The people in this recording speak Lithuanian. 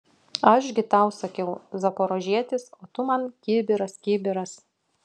aš gi tau sakiau zaporožietis o tu man kibiras kibiras